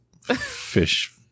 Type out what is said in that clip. fish